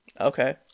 Okay